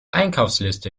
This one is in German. einkaufsliste